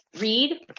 read